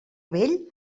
vell